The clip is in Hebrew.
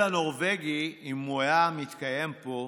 המודל הנורבגי, אם הוא היה מתקיים פה,